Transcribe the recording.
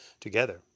together